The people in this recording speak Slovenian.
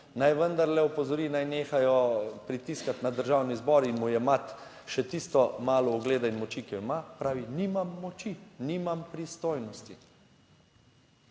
naj vendarle opozori, naj nehajo pritiskati na Državni zbor in mu jemati še tisto malo ugleda in moči, ki jo ima, pravi, nimam moči, nimam pristojnosti.